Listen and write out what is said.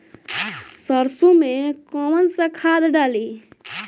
सरसो में कवन सा खाद डाली?